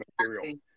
material